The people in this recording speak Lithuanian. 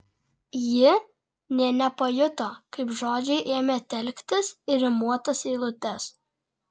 ji nė nepajuto kaip žodžiai ėmė telktis į rimuotas eilutes